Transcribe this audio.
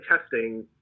testing